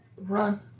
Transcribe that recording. Run